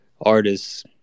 artists